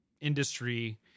industry